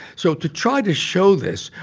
so to try to show this,